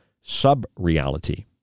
sub-reality